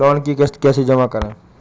Loan की किश्त कैसे जमा करें?